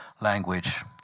language